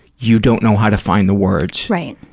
you don't know how to find the words. right.